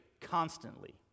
constantly